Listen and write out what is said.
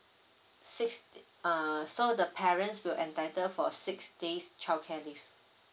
six err so the parents will entitled for six days childcare leave